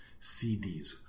CDs